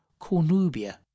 Cornubia